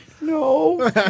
No